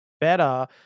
better